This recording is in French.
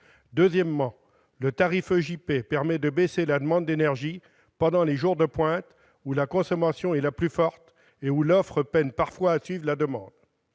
Deuxièmement, le tarif EJP permet de baisser la demande d'énergie pendant les « jours de pointe », où la consommation est la plus forte et où l'offre peine parfois à suivre la demande.